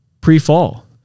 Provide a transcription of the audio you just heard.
pre-fall